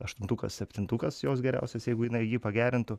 aštuntukas septintukas jos geriausias jeigu jinai jį pagerintų